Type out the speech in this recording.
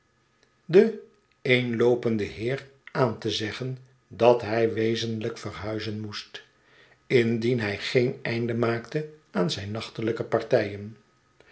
den eenloopenden heer aan te zeggen dat hij wezenlijk verhuizen moest indien hij geen einde maakte aan zijn nachtelijke partijen